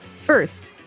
First